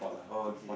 oh okay